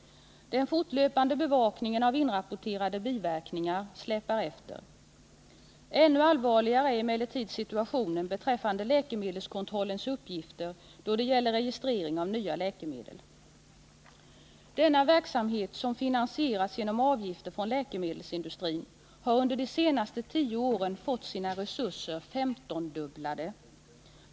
Den fortlöpande bevakningen av inrapporterade biverkningar släpar efter. Ännu allvarligare är emellertid situationen beträffande läkemedelskontrollens uppgifter då det gäller registrering av nya läkemedel. Resurserna för denna verksamhet, som finansieras genom avgifter från läkemedelsindustrin, har under de senaste tio åren femtondubblats!